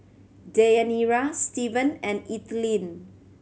Deyanira Stevan and Ethelyn